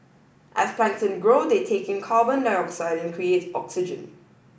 as plankton grow they take in carbon dioxide and create oxygen